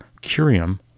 curium